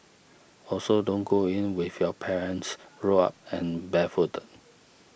also don't go in with your pants rolled up and barefooted